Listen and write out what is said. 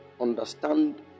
understand